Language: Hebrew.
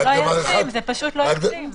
רק דבר אחד --- זה פשוט לא ישים.